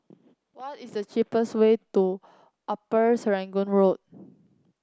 what is the cheapest way to Upper Serangoon Road